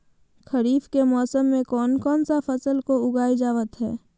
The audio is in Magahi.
खरीफ के मौसम में कौन कौन सा फसल को उगाई जावत हैं?